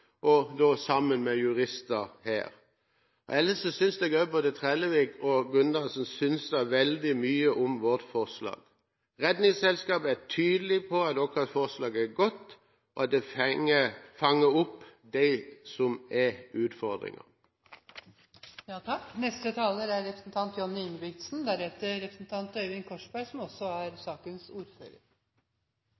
og da sammen med jurister her. Ellers synes jeg både Trellevik og Gundersen synser veldig mye om vårt forslag. Redningsselskapet er tydelig på at vårt forslag er godt og fanger opp det som er